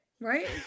right